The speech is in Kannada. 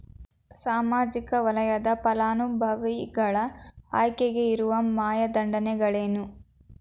ಸಾಮಾಜಿಕ ವಲಯದ ಫಲಾನುಭವಿಗಳ ಆಯ್ಕೆಗೆ ಇರುವ ಮಾನದಂಡಗಳೇನು?